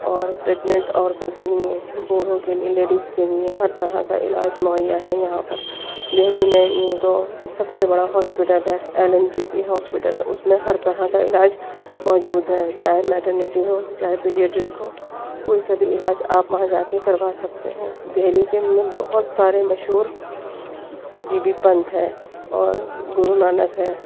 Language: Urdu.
اور پریگننٹ عورتوں کے لئیں بوڑھوں کے لئیں لیڈیس کے لئیں ہر طرح کا علاج مہیا ہے یہاں پر دہلی میں یوں تو سب سے بڑا ہاسپٹل ہے L N J P hospital اس میں ہر طرح کا علاج موجود ہے چاہے میٹرنٹی ہو چاہے پیڈیئٹرک ہو ان سب علاج آپ وہاں جا کے کروا سکتے ہیں دہلی کے بہت سارے مشہور جی بی پنت ہے اور گرونانک ہے